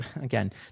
again